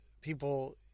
people